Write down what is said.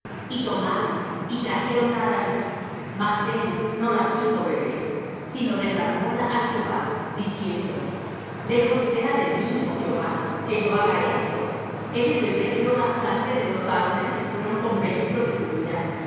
y tomaron y trajéronla á david mas él no la quiso beber sino derramóla á jehová diciendo lejos sea de mí oh jehová que yo haga esto he de beber yo la sangre de los varones que fueron con peligro de su vida